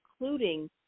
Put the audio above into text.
including